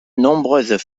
nombreuses